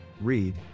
Read